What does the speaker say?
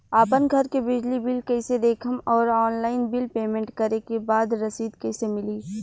आपन घर के बिजली बिल कईसे देखम् और ऑनलाइन बिल पेमेंट करे के बाद रसीद कईसे मिली?